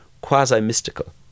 quasi-mystical